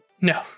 No